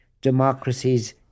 democracies